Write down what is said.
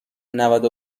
نود